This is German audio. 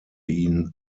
ihn